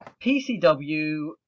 pcw